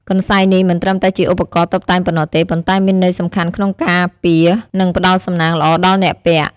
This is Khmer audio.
កន្សែងនេះមិនត្រឹមតែជាឧបករណ៍តុបតែងប៉ុណ្ណោះទេ ប៉ុន្តែមានន័យសំខាន់ក្នុងការពារ និងផ្ដល់សំណាងល្អដល់អ្នកពាក់។